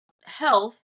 health